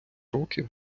роки